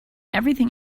everything